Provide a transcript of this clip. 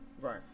right